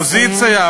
האופוזיציה?